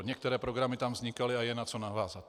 Některé programy tam vznikaly a je na co navázat.